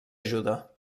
ajuda